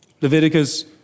Leviticus